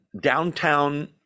downtown